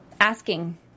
asking